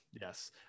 Yes